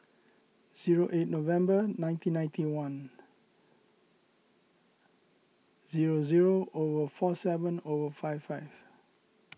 zero eight November nineteen ninety one zero zero over four seven over five five